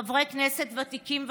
חברי כנסת ותיקים וחדשים,